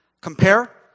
compare